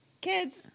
Kids